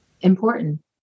important